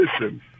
listen